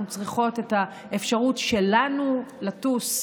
אנחנו צריכות את האפשרות שלנו לטוס,